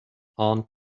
aunt